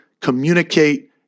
communicate